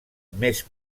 més